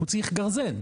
הוא צריך גרזן,